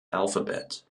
alphabet